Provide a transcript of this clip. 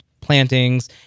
plantings